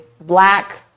black